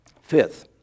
Fifth